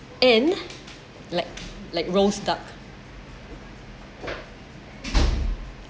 and like like roast duck